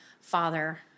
father